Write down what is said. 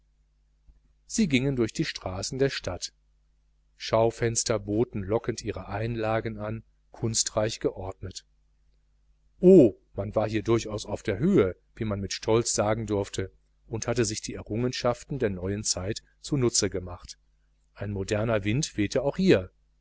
sie gingen durch die straßen der stadt schaufenster boten lockend ihre einlagen an kunstreich geordnet oh man war hier durchaus auf der höhe wie man mit stolz sagen durfte und hatte sich die errungenschaften der neuen zeit zunutze gemacht ein moderner wind wehte auch hier